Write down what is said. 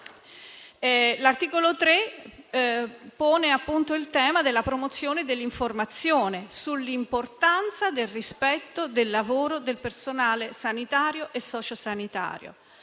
l'articolo 3 pone il tema della promozione dell'informazione sull'importanza del rispetto del lavoro del personale sanitario e socio-sanitario,